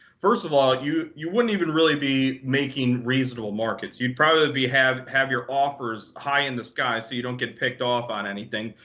first of all, you you wouldn't even really be making reasonable markets. you'd probably have have your offers high in the sky so you don't get picked off on anything.